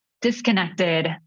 disconnected